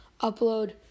upload